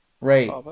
Right